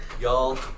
y'all